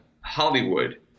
Hollywood